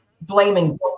blaming